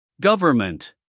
Government